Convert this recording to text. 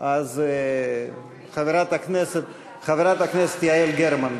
אז חברת הכנסת יעל גרמן,